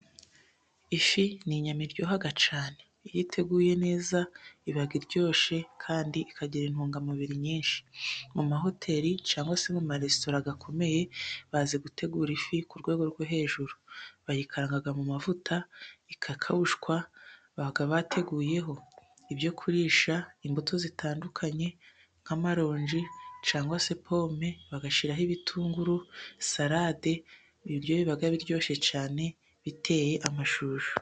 Ifi ni inyama iryoha cyane iyo iteguye neza iba iryoshye kandi ikagira intungamubiri nyinshi. Mu mahoteli cyangwa se mu maresitora akomeye bazi gutegura ifi ku rwego rwo hejuru, bayikaraga mu mavuta igakabushwa, baba bateguyeho ibyo kurisha, imbuto zitandukanye nk'amaronji cyangwa se pome, bagashyiraho ibitunguru ,salade, ibiryo biba biryoshye cyane biteye amashyushyu.